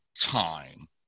time